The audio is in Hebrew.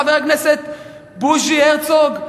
חבר הכנסת בוז'י הרצוג?